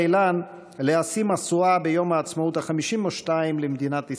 אילן להשיא משואה ביום העצמאות ה-52 למדינת ישראל.